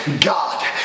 God